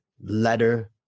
letter